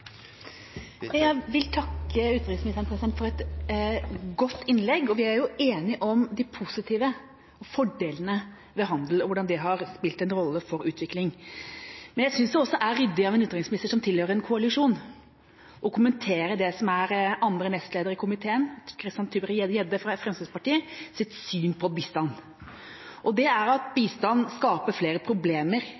Jeg vil takke utenriksministeren for et godt innlegg. Vi er enige om de positive fordelene ved handel og hvordan det har spilt en rolle for utviklingen, men jeg synes det også er ryddig av en utenriksminister som tilhører en koalisjon, å kommentere andre nestleder i komiteen, Christian Tybring-Gjedde fra Fremskrittspartiet, sitt syn på bistand, som er at bistand skaper flere problemer enn det løser. Det er